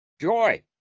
joy